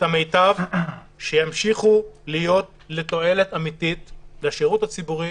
המיטב שימשיכו להיות לתועלת אמיתית לשירות הציבורי